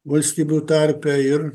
valstybių tarpe ir